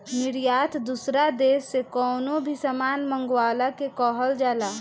निर्यात दूसरा देस से कवनो भी सामान मंगवला के कहल जाला